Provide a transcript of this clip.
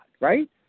right